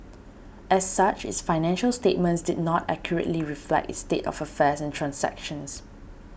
as such its financial statements did not accurately reflect its state of affairs and transactions